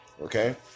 Okay